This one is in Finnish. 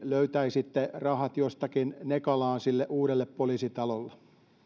löytäisitte rahat jostakin nekalaan sille uudelle poliisitalolle